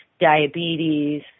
diabetes